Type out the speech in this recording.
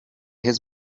his